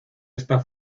está